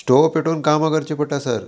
stove पेटोवन कामां करचीं पडटा सर